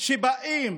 שבאים